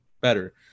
better